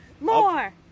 more